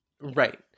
Right